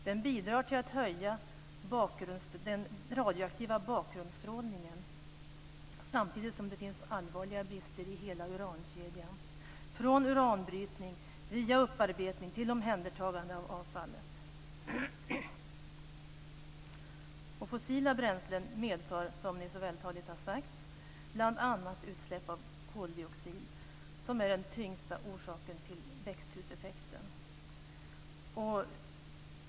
Den bidrar till att höja den radioaktiva bakgrundsstrålningen samtidigt som det finns allvarliga brister i hela urankedjan från uranbrytning via upparbetning till omhändertagande av avfallet. Fossila bränslen medför, som ni så vältaligt har sagt, bl.a. utsläpp av koldioxid, som är den tyngsta orsaken till växthuseffekten.